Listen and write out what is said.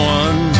one